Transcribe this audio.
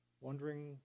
wondering